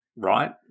right